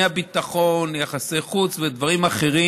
מהביטחון, יחסי חוץ ודברים אחרים